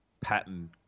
pattern